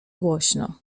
głośno